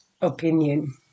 opinion